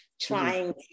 trying